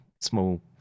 small